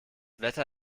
wetter